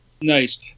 Nice